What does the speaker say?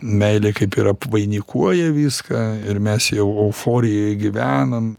meilė kaip ir apvainikuoja viską ir mes jau euforijoj gyvenam